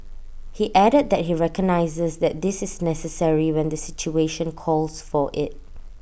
he added that he recognises that this is necessary when the situation calls for IT